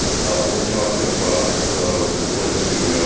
we're talking about replacing